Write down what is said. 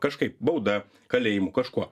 kažkaip bauda kalėjimu kažkuo